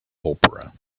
opera